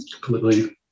completely